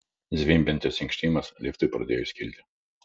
zvimbiantis inkštimas liftui pradėjus kilti